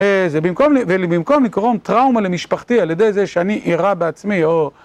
ובמקום לגרום טראומה למשפחתי על ידי זה שאני אירה בעצמי או...